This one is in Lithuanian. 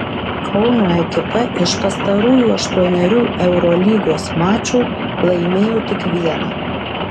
kauno ekipa iš pastarųjų aštuonerių eurolygos mačų laimėjo tik vieną